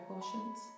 Portions